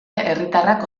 herritarrak